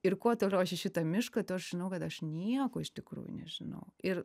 ir kuo toliau aš į šitą mišką tuo aš žinau kad aš nieko iš tikrųjų nežinau ir